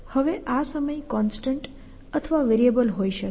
હવે આ સમય કોન્સ્ટન્ટ અથવા વેરિયેબલ હોઈ શકે